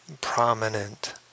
prominent